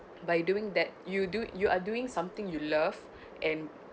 by doing that you do you are doing something you love and